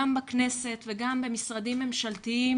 גם בכנסת וגם במשרדים ממשלתיים,